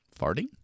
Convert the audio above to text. Farting